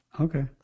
Okay